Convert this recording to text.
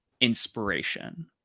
inspiration